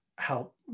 help